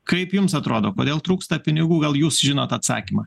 kaip jums atrodo kodėl trūksta pinigų gal jūs žinot atsakymą